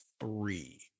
three